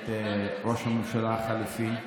את ראש הממשלה החליפי,